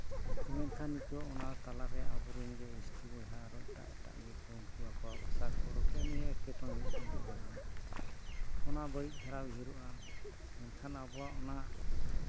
ᱛᱚ ᱢᱮᱱᱠᱷᱟᱱ ᱱᱤᱛᱚᱜ ᱚᱱᱟ ᱛᱟᱞᱟᱨᱮ ᱟᱵᱚᱨᱮᱱ ᱜᱮ ᱮᱥᱴᱤ ᱵᱤᱭᱦᱟ ᱟᱨᱚ ᱮᱴᱟᱜ ᱮᱴᱟᱜ ᱤᱭᱟᱹ ᱠᱚ ᱩᱱᱠᱩ ᱠᱚ ᱟᱠᱚᱣᱟᱜ ᱵᱷᱟᱥᱟ ᱠᱚ ᱚᱰᱚᱠᱮᱫ ᱱᱤᱭᱟᱹ ᱮᱴᱠᱮᱴᱚᱬᱮ ᱢᱤᱫᱴᱮᱱ ᱛᱟᱵᱚ ᱦᱮᱱᱟᱜᱼᱟ ᱚᱱᱟ ᱵᱟᱹᱲᱤᱡᱽ ᱫᱷᱟᱨᱟ ᱩᱭᱦᱟᱹᱨᱚᱜᱼᱟ ᱢᱮᱱᱠᱷᱟᱱ ᱟᱵᱚᱣᱟᱜ ᱚᱱᱟ